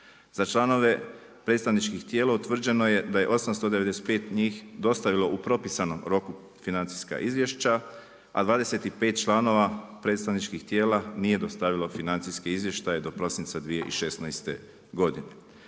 Za članove predstavničkih tijela utvrđeno je da je 895 njih dostavilo u propisanom roku financijska izvješća, a 25 članova predstavničkih tijela nije dostavilo financijske izvještaje do prosinca 2016. godine.